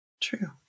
True